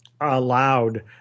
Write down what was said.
allowed